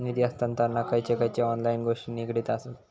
निधी हस्तांतरणाक खयचे खयचे ऑनलाइन गोष्टी निगडीत आसत?